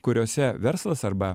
kuriose verslas arba